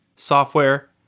software